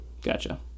gotcha